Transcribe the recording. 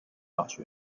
大学